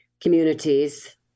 communities